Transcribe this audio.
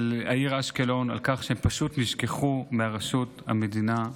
העיר אשקלון על כך שהם פשוט נשכחו מרשויות המדינה.